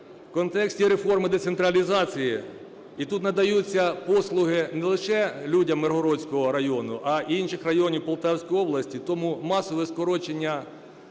в контексті реформи децентралізації, і тут надаються послуги не лише людям Миргородського району, а й інших районів Полтавської області, тому масове скорочення